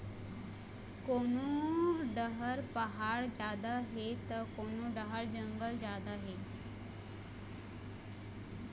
कोनो डहर पहाड़ जादा हे त कोनो डहर जंगल जादा हे